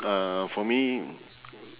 uh for me